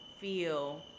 feel